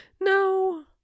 No